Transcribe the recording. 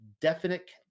definite